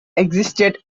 existed